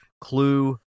Clue